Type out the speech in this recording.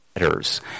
letters